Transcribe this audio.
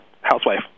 housewife